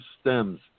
stems